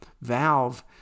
valve